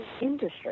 industry